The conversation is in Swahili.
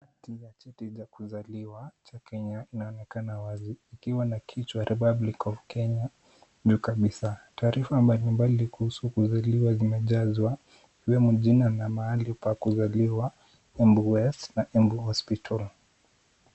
Chati cha kuzaliwa cha Kenya kinaonekana wazi, kikiwa na kichwa Republic of Kenya juu kabisaa. Taarifa mbali mbali kuhusu kuzaliwa zimejazwa, ikiwemo jina na mahali pa kuzaliwa Embu [west na Embu hospital.